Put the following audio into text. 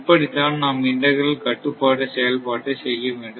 இப்படித்தான் நாம் இண்டகிரல் கட்டுப்பாட்டு செயல்பாட்டை செய்ய வேண்டும்